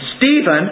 Stephen